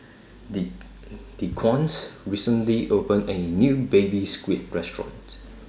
D Dequan recently opened A New Baby Squid Restaurant